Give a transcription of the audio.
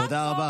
תודה רבה,